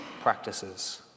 practices